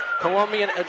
Colombian